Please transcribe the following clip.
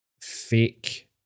fake